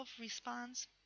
responds